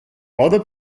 other